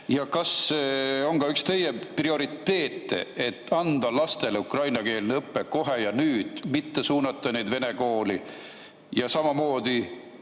Ja kas on ka üks teie prioriteete anda lastele ukrainakeelset õpet kohe ja nüüd, mitte suunata neid vene kooli ja samamoodi